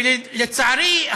ולצערי,